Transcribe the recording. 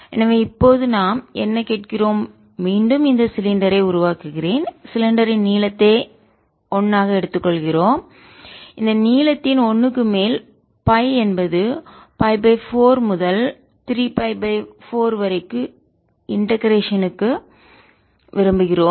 எனவே இப்போது நாம் என்ன கேட்கிறோம் மீண்டும் இந்த சிலிண்டரை உருவாக்குகிறேன் சிலிண்டரின் நீளத்தை 1 ஆக எடுத்துக் கொள்கிறோம் இந்த நீளத்தின் 1 க்கு மேல் பை என்பது π 4 முதல் 3 π 4 வரை க்கு இண்டெகரேஷன் க்கு ஒருங்கிணைப்பு விரும்புகிறோம்